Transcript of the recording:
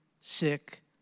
sick